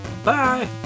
Bye